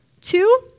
Two